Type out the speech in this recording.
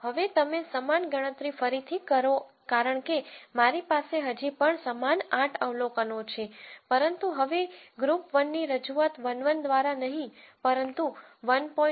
હવે તમે સમાન ગણતરી ફરીથી કરો કારણ કે મારી પાસે હજી પણ સમાન આઠ અવલોકનો છે પરંતુ હવે ગ્રુપ 1 ની રજૂઆત 1 1 દ્વારા નહીં પરંતુ 1